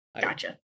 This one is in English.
gotcha